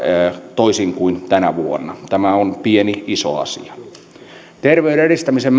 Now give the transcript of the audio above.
toisin kuin tänä vuonna tämä on pieni iso asia terveyden edistämisen